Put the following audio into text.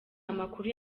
amakuru